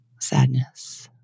sadness